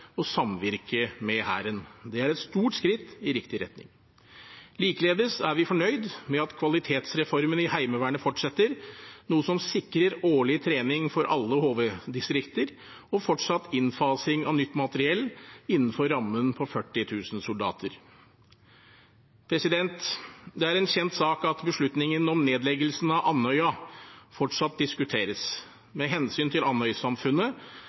å understøtte og samvirke med Hæren. Det er et stort skritt i riktig retning. Likeledes er vi fornøyd med at kvalitetsreformen i Heimevernet fortsetter, noe som sikrer årlig trening for alle HV-distrikter og fortsatt innfasing av nytt materiell innenfor rammen på 40 000 soldater. Det er en kjent sak at beslutningen om nedleggelsen av Andøya fortsatt diskuteres. Med hensyn til